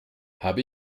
habe